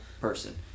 person